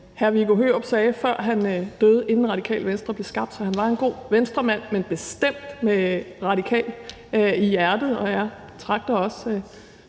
Viggo Hørup sagde, før han døde, og inden Radikale Venstre blev skabt. Så han var en god Venstremand, men bestemt radikal i hjertet, og jeg betragter også